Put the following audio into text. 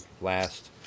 last